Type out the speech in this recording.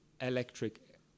electric